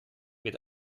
wird